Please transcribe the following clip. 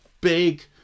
big